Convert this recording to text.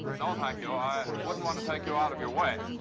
no, thank you. i wouldn't want to take you out of your way.